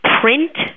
print